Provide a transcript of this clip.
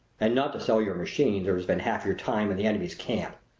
and not to sell your machines or to spend half your time in the enemy's camp!